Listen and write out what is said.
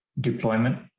deployment